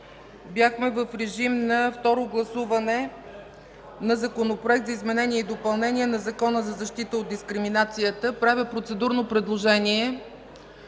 бяхме в режим на второ гласуване на Законопроект за изменение и допълнение на Закона за защита от дискриминацията. Правя процедурно предложение